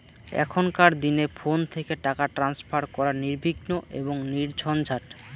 এখনকার দিনে ফোন থেকে টাকা ট্রান্সফার করা নির্বিঘ্ন এবং নির্ঝঞ্ঝাট